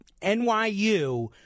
NYU